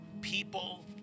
people